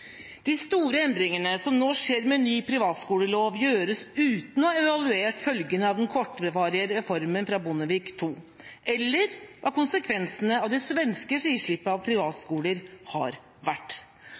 De store endringene som nå skjer med ny privatskolelov, gjøres uten å ha evaluert følgene av den kortvarige reformen fra Bondevik II eller å ha sett på konsekvensene av det svenske frislippet av privatskoler.